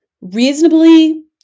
reasonably